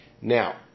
Now